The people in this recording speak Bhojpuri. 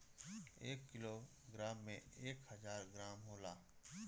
एक किलोग्राम में एक हजार ग्राम होला